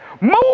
Move